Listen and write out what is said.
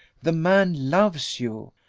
the man loves you.